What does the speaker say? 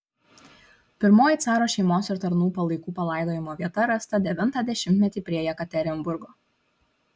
pirmoji caro šeimos ir tarnų palaikų palaidojimo vieta rasta devintą dešimtmetį prie jekaterinburgo